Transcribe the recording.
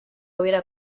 hubiera